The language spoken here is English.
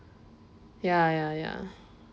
ya ya ya